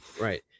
right